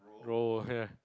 roar [heh]